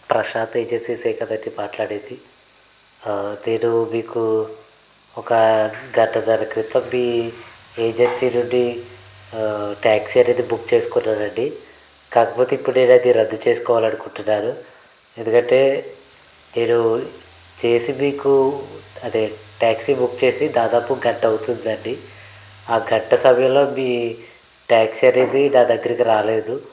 ప్రశాంత్ ఏజెన్సీసే కదండి మాట్లాడేది నేను మీకు ఒక గంటన్నర క్రితం మీ ఏజెన్సీ నుండి ట్యాక్సీ అనేది బుక్ చేసుకున్నాను అండి కాకపోతే ఇప్పుడు నేను అది రద్దు చేసుకోవాలనుకుంటున్నాను ఎందుకంటే నేను చేసి మీకు అదే ట్యాక్సీ బుక్ చేసి దాదాపు గంట అవుతుంది అండి ఆ గంట సమయంలో మీ ట్యాక్సీ అనేది నా దగ్గరికి రాలేదు